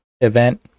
event